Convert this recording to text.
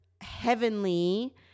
heavenly